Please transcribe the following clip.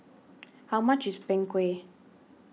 how much is Png Kueh